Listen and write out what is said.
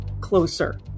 closer